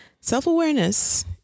self-awareness